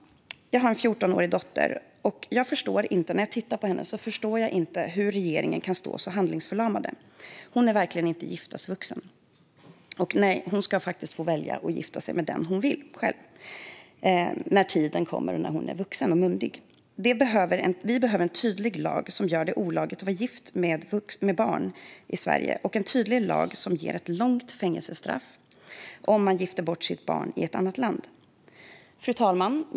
Jag har en 14-årig dotter. När jag tittar på henne kan jag inte förstå hur regeringen kan stå så handlingsförlamad. Hon är verkligen inte giftasvuxen. Men hon ska få gifta sig med den hon själv väljer när tiden kommer och hon är vuxen och myndig. Vi behöver en tydlig lag som gör det olagligt att vara gift med ett barn i Sverige och som innebär att man får ett långt fängelsestraff om man gifter bort sitt barn i ett annat land. Fru talman!